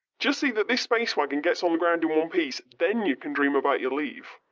just see that this space wagon gets on the ground in one piece. then you can dream about your leave!